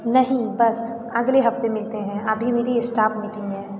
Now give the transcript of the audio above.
नहीं बस अगले हफ़्ते मिलते हैं अभी मेरी स्टाफ मीटिंग है